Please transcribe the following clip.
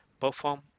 Perform